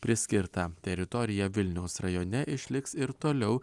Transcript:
priskirtą teritoriją vilniaus rajone išliks ir toliau